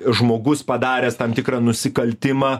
žmogus padaręs tam tikrą nusikaltimą